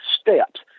steps